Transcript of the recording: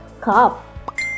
Cup